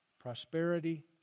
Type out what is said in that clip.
prosperity